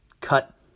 cut